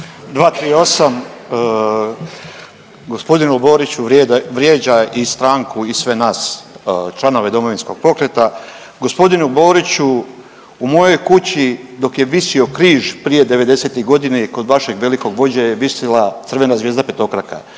238. g. Borić vrijeđa i stranku i sve nas članove Domovinskog pokreta. Gospodine Boriću, u mojoj kući dok je visio križ prije '90.-tih godina, kod vašeg velikog vođe je visila crvena zvijezda petokraka.